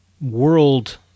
world